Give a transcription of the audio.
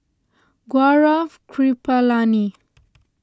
Gaurav Kripalani